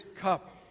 cup